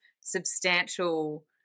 substantial